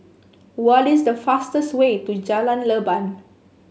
what is the fastest way to Jalan Leban